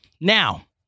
Now